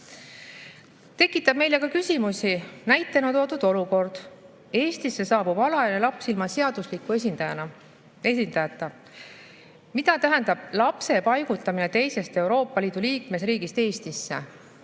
tekitab küsimusi ka näitena toodud olukord, kus Eestisse saabub alaealine laps ilma seadusliku esindajata. Mida tähendab "lapse paigutamine teisest Euroopa Liidu liikmesriigist Eestisse"?